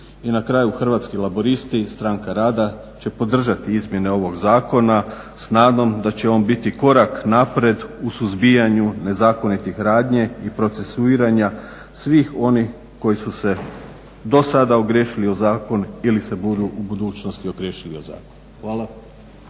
I na kraju Hrvatski laburisti-Stranka rada će podržati izmjene ovog zakona s nadom da će on biti korak naprijed u suzbijanju nezakonitih radnji i procesuiranja svih onih koji su se do sada ogriješili u zakon ili se budu u budućnosti ogriješili o zakon. Hvala.